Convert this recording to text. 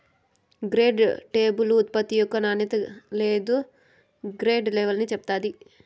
grade label ఉత్పత్తి యొక్క నాణ్యత లేదా గ్రేడ్ లెవల్ని చెప్తాది